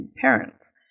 parents